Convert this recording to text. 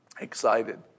excited